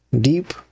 Deep